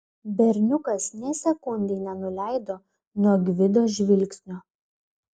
berniukas nė sekundei nenuleido nuo gvido žvilgsnio